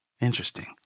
Interesting